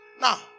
Now